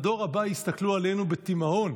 בדור הבא יסתכלו עלינו בתימהון,